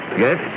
yes